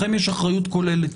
לכם יש אחריות כוללת.